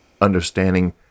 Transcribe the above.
understanding